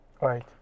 Right